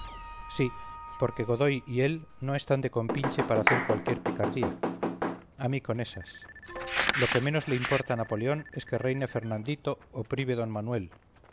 sí porque godoy y él no están de compinche para hacer cualquier picardía a mí con esas lo que menos le importa a napoleón es que reine fernandito o prive d manuel